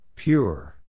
Pure